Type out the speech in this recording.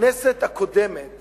הכנסת הקודמת